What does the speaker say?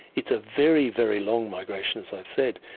it's a very, very long migration, as i've said.